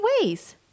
ways